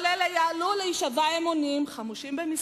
כל אלה יעלו להישבע אמונים, חמושים במשרד,